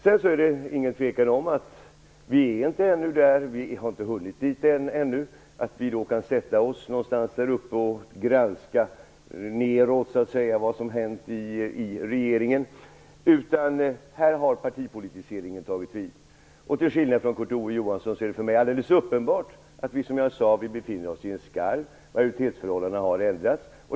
Det är ingen tvekan om att vi ännu inte har kommit dithän att vi kan sätta oss ovanpå och granska neråt vad som har hänt i regeringen. Här har partipolitiseringen tagit vid. Till skillnad från Kurt Ove Johansson är det för mig helt uppenbart att vi, som jag sade, befinner oss i en skarv. Majoritetsförhållandena har ändrats.